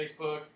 Facebook